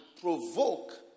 provoke